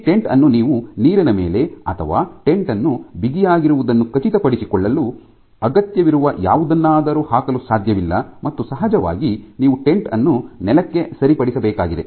ಈ ಟೆಂಟ್ ಅನ್ನು ನೀವು ನೀರಿನ ಮೇಲೆ ಅಥವಾ ಟೆಂಟ್ ಅನ್ನು ಬಿಗಿಯಾಗಿರುವುದನ್ನು ಖಚಿತಪಡಿಸಿಕೊಳ್ಳಲು ಅಗತ್ಯವಿರುವ ಯಾವುದನ್ನಾದರೂ ಹಾಕಲು ಸಾಧ್ಯವಿಲ್ಲ ಮತ್ತು ಸಹಜವಾಗಿ ನೀವು ಟೆಂಟ್ ಅನ್ನು ನೆಲಕ್ಕೆ ಸರಿಪಡಿಸಬೇಕಾಗಿದೆ